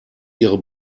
ihre